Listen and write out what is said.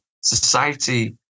society